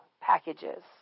packages